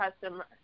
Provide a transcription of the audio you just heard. customer